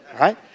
Right